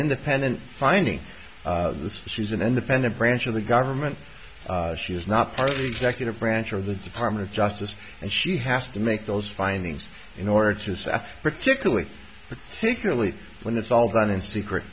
independent finding the species an independent branch of the government she is not the executive branch of the department of justice and she has to make those findings in order to south particularly particularly when it's all done in secret